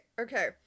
okay